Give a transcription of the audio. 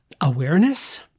awareness